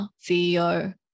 CEO